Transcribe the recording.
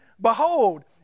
Behold